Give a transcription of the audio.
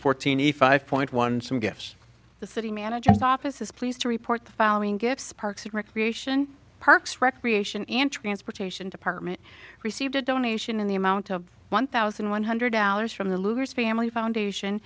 fourteen a five point one some guess the city managers office is pleased to report the following gifts parks and recreation parks recreation and transportation department received a donation in the amount of one thousand one hundred dollars from the louvers family foundation